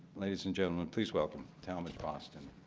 ladies and gentlemen please welcome talmage boston